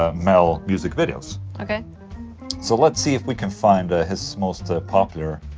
ah metal music videos okay so, let's see if we can find ah his most ah popular.